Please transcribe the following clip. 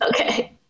Okay